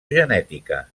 genètica